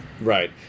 Right